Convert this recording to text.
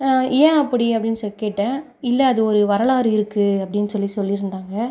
ஏன் அப்படி அப்படின்னு சொல்லி கேட்டேன் இல்லை அது ஒரு வரலாறு இருக்குது அப்படின்னு சொல்லி சொல்லியிருந்தாங்க